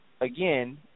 again